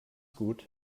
gut